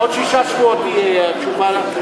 אדוני היושב-ראש,